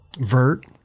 Vert